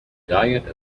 diet